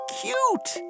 cute